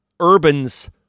Urban's